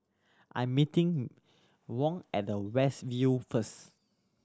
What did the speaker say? I'm meeting Wong at the West View first